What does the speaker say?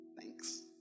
Thanks